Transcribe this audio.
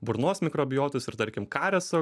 burnos mikrobiotos ir tarkim karieso